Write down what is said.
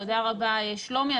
תודה רבה, שלומי.